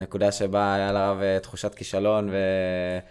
נקודה שבה היה לה הרבה תחושת כישלון ו...